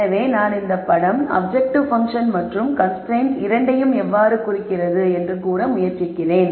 எனவே நான் இந்த படம் அப்ஜெக்ட்டிவ் பன்ஃசன் மற்றும் கன்ஸ்ரைன்ட்ஸ் இரண்டையும் எவ்வாறு குறிக்கிறது என்று கூற முயற்சிக்கிறேன்